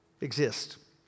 exist